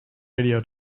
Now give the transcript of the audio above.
radio